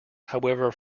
however